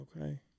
Okay